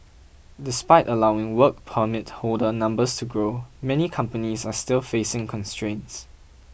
despite allowing Work Permit holder numbers to grow many companies are still facing constraints